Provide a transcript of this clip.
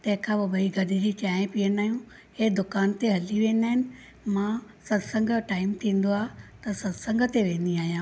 तंहिंखां पोइ ॿई गॾु जी चांहि पीअंदा आहियूं हे दुकानु ते हली वेंदा आहिनि मां सत्संग जो टाइम थींदो आहे त सत्संग ते वेंदी आहियां